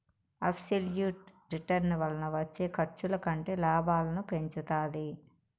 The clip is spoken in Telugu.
అబ్సెల్యుట్ రిటర్న్ వలన వచ్చే ఖర్చుల కంటే లాభాలను పెంచుతాది